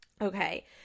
Okay